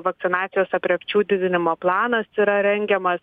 vakcinacijos aprėpčių didinimo planas yra rengiamas